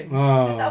ah